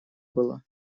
было